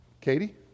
Katie